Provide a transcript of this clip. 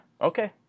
okay